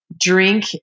drink